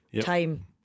time